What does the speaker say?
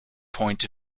point